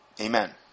amen